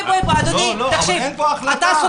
אדוני, תקשיב אתה סותר עצמך.